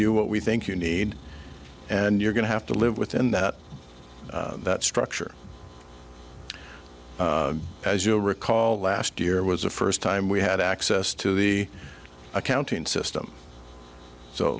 you what we think you need and you're going to have to live within that structure as you'll recall last year was the first time we had access to the accounting system so